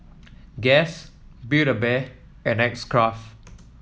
Guess Build A Bear and X Craft